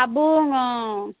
হাবুং অঁ